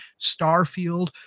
Starfield